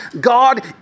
God